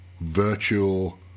virtual